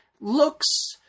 looks